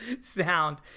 sound